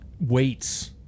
Weights